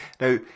Now